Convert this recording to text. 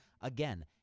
Again